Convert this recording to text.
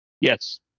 Yes